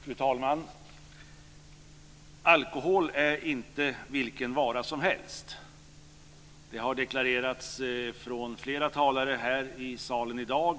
Fru talman! Alkohol är inte vilken vara som helst. Det har deklarerats från flera talare här i salen i dag.